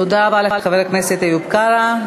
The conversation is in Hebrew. תודה רבה לחבר הכנסת איוב קרא.